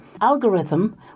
algorithm